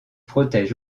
protègent